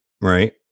right